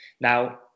now